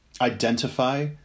identify